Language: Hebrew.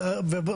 אגב.